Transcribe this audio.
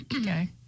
Okay